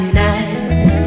nice